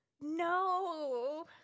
No